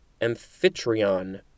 Amphitryon